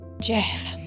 Jeff